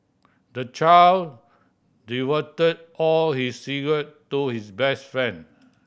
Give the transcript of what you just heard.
the child divulged all his secret to his best friend